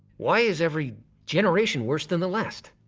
why is every generation worse than the last?